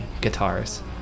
guitars